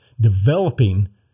developing